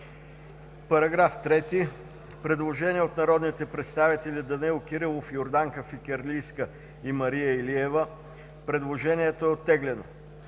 По § 3 има предложение от народните представители Данаил Кирилов, Йорданка Фикирлийска и Мария Илиева. Предложението е оттеглено.